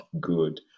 good